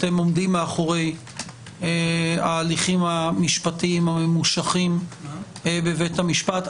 אתם עומדים מאחורי ההליכים המשפטיים הממושכים בבית המשפט.